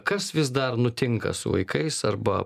kas vis dar nutinka su vaikais arba